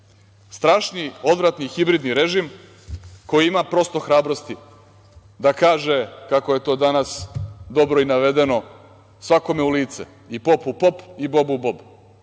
Strašni, odvratni hibridni režim koji ima, prosto, hrabrosti da kaže kako je to danas dobro i navedeno svakome u lice i popu pop i bobu bob.